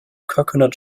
coconut